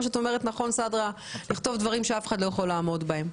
שסנדרה אומרת נכון לכתוב דברים שאף אחד לא יכול לעמוד בהם.